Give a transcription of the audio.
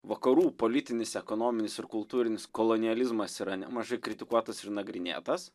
vakarų politinis ekonominis ir kultūrinis kolonializmas yra nemažai kritikuotas ir nagrinėtas